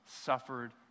suffered